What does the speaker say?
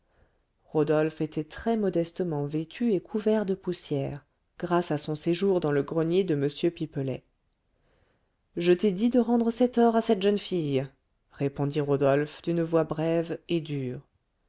rodolphe était très modestement vêtu et couvert de poussière grâce à son séjour dans le grenier de m pipelet je t'ai dit de rendre cet or à cette jeune fille répondit rodolphe d'une voix brève et dure